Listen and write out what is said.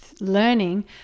learning